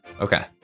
Okay